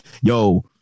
yo